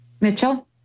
Mitchell